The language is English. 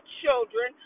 children